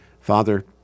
Father